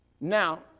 Now